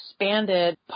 expanded